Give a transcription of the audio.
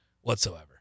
whatsoever